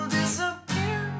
disappear